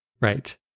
Right